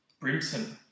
Brimson